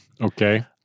Okay